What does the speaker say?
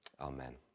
Amen